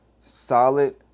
solid